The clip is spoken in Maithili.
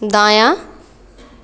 दायाँ